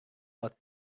but